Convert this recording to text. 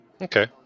Okay